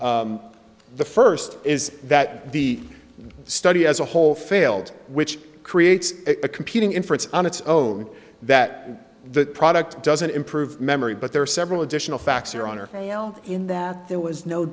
the first is that the study as a whole failed which creates a competing inference on its own that the product doesn't improve memory but there are several additional facts or honor in that there was no